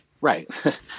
Right